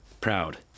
proud